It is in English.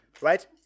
right